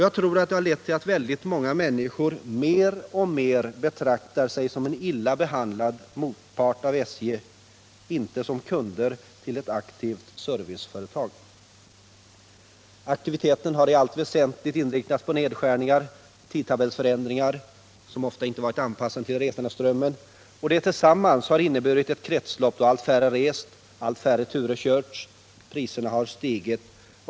Jag tror att det har lett till att väldigt många människor mer och mer betraktar sig som en illa behandlad motpart av SJ, inte som kunder till ett aktivt serviceföretag. Aktiviteten har i allt väsentligt inriktats på nedskärningar och tidtabellsförändringar, som inte har varit anpassade till resandeströmmen. Detta tillsammans har inneburit ett kretslopp, då allt färre rest, allt färre turer körts och priserna stigit.